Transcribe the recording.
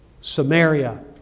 Samaria